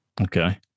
Okay